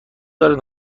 دارد